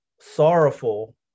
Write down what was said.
sorrowful